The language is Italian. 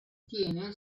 tiene